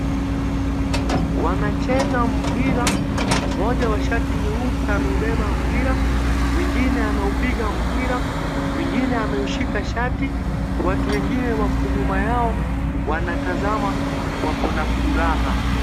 Wanacheza mpira mmoja wa shati nyeupe ameubeba mpira, mwingine anaupiga mpira mwingine ameushika shati. watu wengine wako nyema yao, wanatazama, wako na furaha.